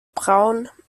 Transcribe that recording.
braun